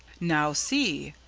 now, see!